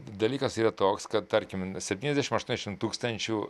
dalykas yra toks kad tarkim septyniasdešim aštuoniasdešim tūkstančių